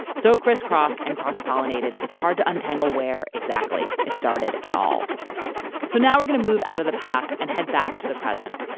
so crisscrossed and cross-pollinated, it's hard to untangle where exactly it started at all so now, we're going to move out of the past and head back to the present.